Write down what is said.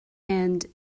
and